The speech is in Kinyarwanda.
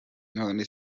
none